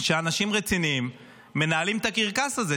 שאנשים רציניים מנהלים את הקרקס הזה.